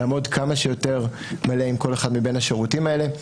לעמוד כמה שיותר מלא עם כל אחד מבין השירותים האלה.